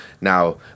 Now